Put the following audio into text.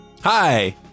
Hi